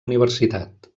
universitat